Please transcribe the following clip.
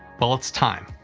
well, it's time.